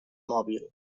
mòbil